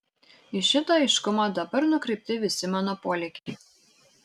į šitą aiškumą dabar nukreipti visi mano polėkiai